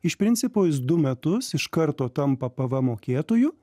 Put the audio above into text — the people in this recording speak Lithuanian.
iš principo jis du metus iš karto tampa pvm mokėtoju